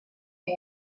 man